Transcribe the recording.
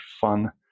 fun